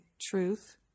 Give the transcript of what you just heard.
truth